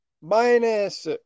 minus